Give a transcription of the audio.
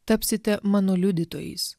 tapsite mano liudytojais